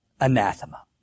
anathema